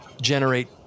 generate